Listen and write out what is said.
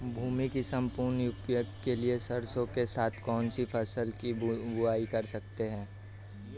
भूमि के सम्पूर्ण उपयोग के लिए सरसो के साथ कौन सी फसल की बुआई कर सकते हैं?